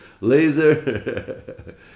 Laser